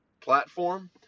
platform